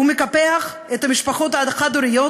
הוא מקפח את המשפחות החד-הוריות,